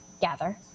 gather